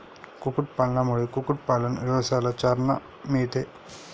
कुक्कुटपालनामुळे कुक्कुटपालन व्यवसायाला चालना मिळते